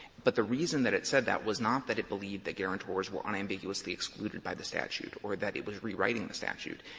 but the reason that it said that was not that it believed that guarantors were unambiguously excluded by the statute or that it was rewriting the statute.